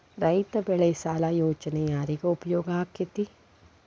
ರೈತ ಬೆಳೆ ಸಾಲ ಯೋಜನೆ ಯಾರಿಗೆ ಉಪಯೋಗ ಆಕ್ಕೆತಿ?